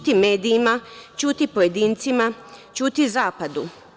Ćuti medijima, ćuti pojedincima, ćuti Zapadu.